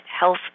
Health